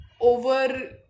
over